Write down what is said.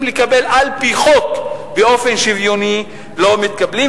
לקבל על-פי חוק באופן שוויוני לא מתקבלים,